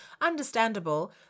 understandable